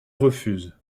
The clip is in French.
refuse